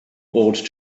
ought